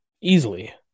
easily